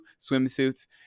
swimsuits